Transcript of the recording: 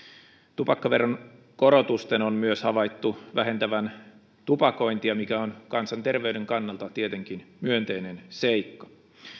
tupakkaveron korotusten on myös havaittu vähentävän tupakointia mikä on kansanterveyden kannalta tietenkin myönteinen seikka